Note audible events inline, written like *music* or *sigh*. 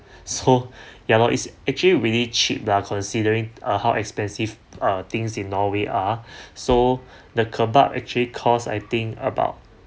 *breath* so ya lor it's actually really cheap lah considering uh how expensive uh things in norway are *breath* so the kebab actually cost I think about